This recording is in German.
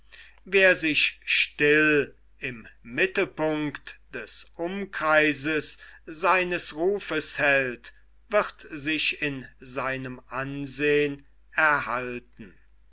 wer sich still im mittelpunkt des umkreises seines rufes hält wird sich in seinem ansehn erhalten